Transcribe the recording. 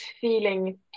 feeling